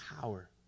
power